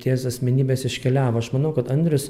ties asmenybės iškeliavo aš manau kad andrius